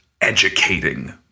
educating